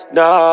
no